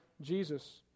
Jesus